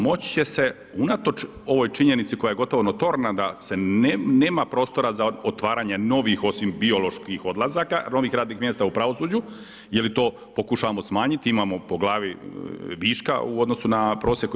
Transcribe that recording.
Moći će se unatoč ovoj činjenici koja je gotovo notrona da se nema prostora za otvaranje novih osim bioloških odlazaka, novih radnih mjesta u pravosuđu … i to pokušavamo smanjiti, imamo po glavi viška u odnosu na prosjek u EU.